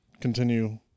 Continue